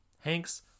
Hank's